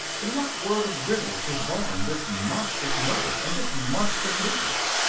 in what world of riddles was born this monstrous murder and this monstrous meekness?